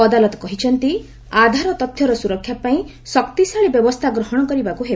ଅଦାଲତ କହିଛନ୍ତି ଆଧାର ତଥ୍ୟର ସୁରକ୍ଷାପାଇଁ ଶକ୍ତିଶାଳୀ ବ୍ୟବସ୍ଥା ଗ୍ରହଣ କରିବାକୁ ହେବ